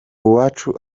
uwacu